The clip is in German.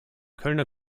kölner